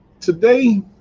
today